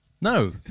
No